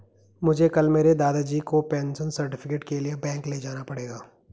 मुझे कल मेरे दादाजी को पेंशन सर्टिफिकेट के लिए बैंक ले जाना पड़ेगा